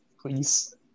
please